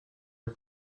are